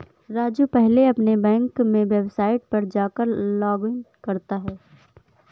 राजू पहले अपने बैंक के वेबसाइट पर जाकर लॉगइन करता है